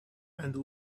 and